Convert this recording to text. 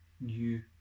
new